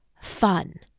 fun